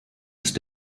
ist